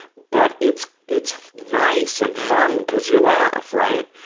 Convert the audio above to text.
but it's it's nice and fun because you laugh, right?